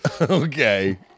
Okay